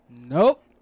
Nope